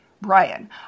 Brian